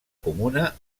comuna